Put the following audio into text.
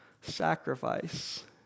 sacrifice